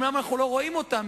אומנם אנחנו לא רואים אותם,